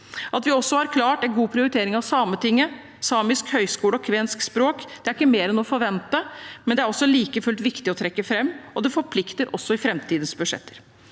At vi også har klart en god prioritering av Sametinget, Samisk høyskole og kvensk språk og kultur er ikke mer enn å forvente, men det er like fullt viktig å trekke fram, og det forplikter også i framtidens budsjetter.